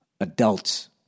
adults